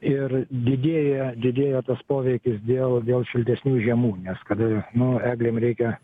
ir didėja didėja tas poveikis dėl dėl šiltesnių žiemų nes kada nu eglėm reikia